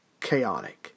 chaotic